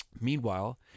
Meanwhile